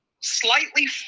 slightly